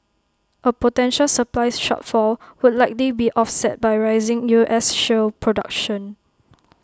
A potential supplies shortfall would likely be offset by rising U S shale production